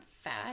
fat